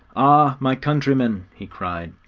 ah, my countrymen he cried,